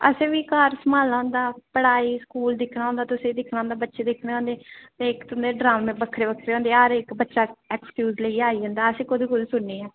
असें बी घर सम्हालना होंदा पढ़ाई स्कूल दिक्खना होंदा तुसेंगी दिक्खना होंदा बच्चे दिक्खने होंदे ते इक तुं'दे ड्रामे बक्खरे बक्खरे होंदे हर इक बच्चा ऐक्सक्यूज़ लेइयै आई जंदा असें कोह्दी कोह्दी सुननी ऐ